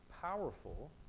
powerful